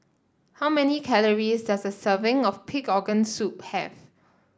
how many calories does a serving of Pig Organ Soup have